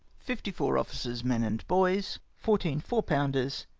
fifty-fom officers, men, and boys, fourteen four pounders.